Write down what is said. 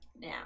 now